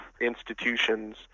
institutions